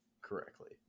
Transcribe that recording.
correctly